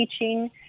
teaching